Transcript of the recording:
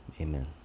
amen